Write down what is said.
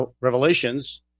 revelations